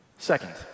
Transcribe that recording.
Second